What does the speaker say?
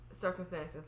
circumstances